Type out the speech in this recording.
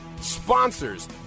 sponsors